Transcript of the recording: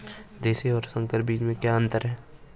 देशी और संकर बीज में क्या अंतर है?